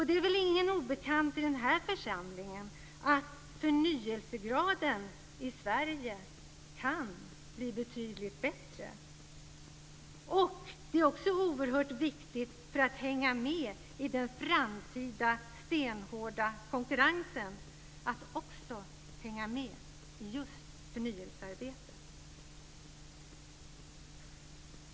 Det är väl ingen obekant i den här församlingen att förnyelsegraden i Sverige kan bli betydligt bättre. Det är också oerhört viktigt för att hänga med i den framtida stenhårda konkurrensen att vara med i förnyelsearbetet.